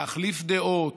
להחליף דעות,